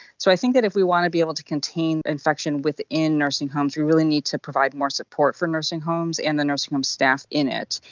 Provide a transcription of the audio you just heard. so i think that if we want to be able to contain infection within nursing homes, we really need to provide more support for nursing homes and the nursing home staff in it.